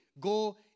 go